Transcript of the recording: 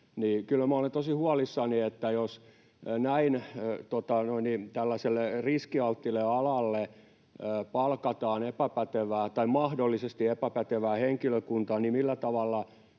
minä olen tosi huolissani, että jos näin riskialttiille alalle palkataan epäpätevää tai mahdollisesti epäpätevää henkilökuntaa, niin millä tavalla